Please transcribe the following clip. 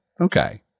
okay